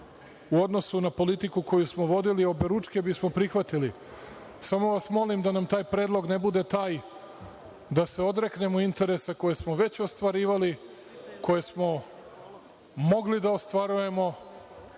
u odnosu na politiku koju smo vodili oberučke bismo prihvatili. Samo vas molim da mi taj predlog ne bude taj da se odreknemo interesa koje smo već ostvarivali, koje smo mogli da ostvarujemo